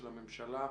של הממשלה,